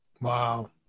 Wow